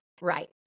Right